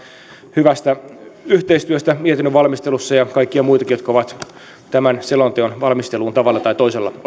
hyvästä yhteistyöstä mietinnön valmistelussa ja kaikkia muitakin jotka ovat tämän selonteon valmisteluun tavalla tai toisella